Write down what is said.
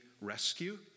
rescue